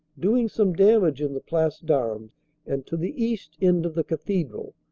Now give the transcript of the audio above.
doing some damage in the place d armes and to the east end of the cathedral,